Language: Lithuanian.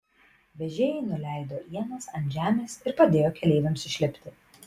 vežėjai nuleido ienas ant žemės ir padėjo keleiviams išlipti